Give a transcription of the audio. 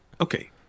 Okay